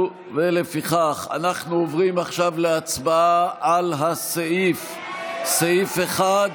לפיכך אנחנו עוברים עכשיו להצבעה על סעיף 1,